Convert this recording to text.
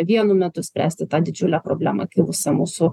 vienu metu spręsti tą didžiulę problemą kilusią mūsų